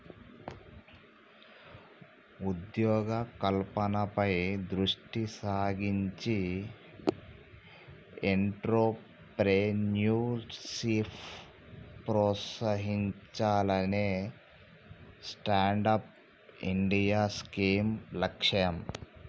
ఉద్యోగ కల్పనపై దృష్టి సారించి ఎంట్రప్రెన్యూర్షిప్ ప్రోత్సహించాలనే స్టాండప్ ఇండియా స్కీమ్ లక్ష్యం